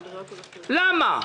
למה?